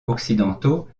occidentaux